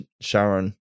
Sharon